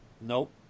Nope